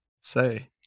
Say